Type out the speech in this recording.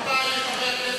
אני ועוד איך יודע.